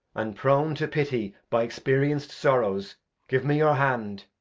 and prone to pity by experienc'd sorrows give me your hand.